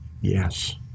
yes